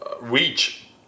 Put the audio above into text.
reach